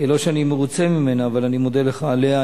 לא שאני מרוצה ממנה, אבל אני מודה לך עליה.